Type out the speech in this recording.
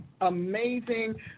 amazing